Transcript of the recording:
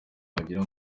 wagira